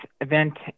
event